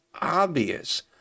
obvious